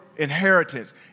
inheritance